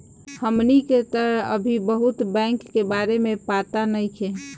हमनी के तऽ अभी बहुत बैंक के बारे में पाता नइखे